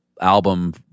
album